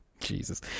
Jesus